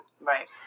Right